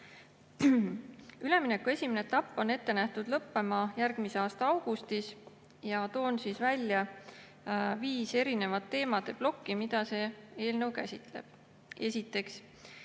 Ülemineku esimene etapp on ette nähtud lõppema järgmise aasta augustis. Toon välja viis teemade plokki, mida see eelnõu käsitleb. Esiteks